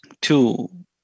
two